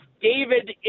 David